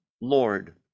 Lord